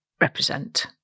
represent